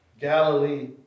Galilee